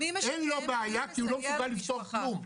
אין לו בעיה כי הוא לא מסוגל לפתור כלום,